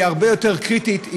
היא הרבה יותר קריטית,